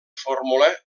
fórmula